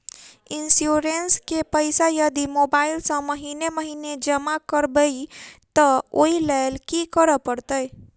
Insurance केँ पैसा यदि मोबाइल सँ महीने महीने जमा करबैई तऽ ओई लैल की करऽ परतै?